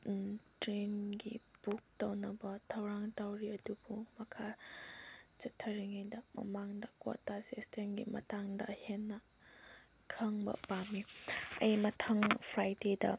ꯇ꯭ꯔꯦꯟꯒꯤ ꯕꯨꯛ ꯇꯧꯅꯕ ꯊꯧꯔꯥꯡ ꯇꯧꯔꯤ ꯑꯗꯨꯕꯨ ꯃꯈꯥ ꯆꯠꯊꯔꯤꯉꯩꯗ ꯃꯃꯥꯡꯗ ꯀꯣꯇꯥ ꯁꯤꯁꯇꯦꯝꯒꯤ ꯃꯇꯥꯡꯗ ꯑꯩ ꯍꯦꯟꯅ ꯈꯪꯕ ꯄꯥꯝꯃꯤ ꯑꯩ ꯃꯊꯪ ꯐ꯭ꯔꯥꯏꯗꯦꯗ